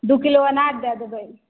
दू किलो अनार दए दबै